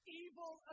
evil